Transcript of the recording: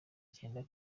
cyenda